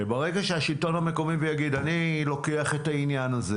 ברגע שהשלטון המקומי יגיד שהוא לוקח את העניין הזה